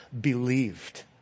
believed